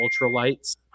ultralights